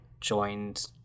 joined